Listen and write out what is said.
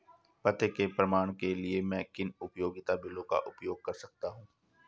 पते के प्रमाण के लिए मैं किन उपयोगिता बिलों का उपयोग कर सकता हूँ?